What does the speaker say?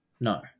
No